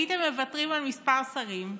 הייתם מוותרים על כמה שרים,